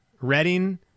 Reading